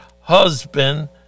husband